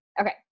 Okay